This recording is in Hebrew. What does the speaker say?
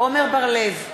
עמר בר-לב,